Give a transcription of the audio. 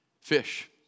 Fish